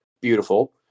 beautiful